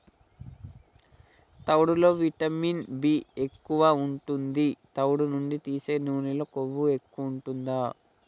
తవుడులో vitamin B ఎక్కువు ఉంటది, తవుడు నుండి తీసే నూనెలో కొవ్వు తక్కువుంటదట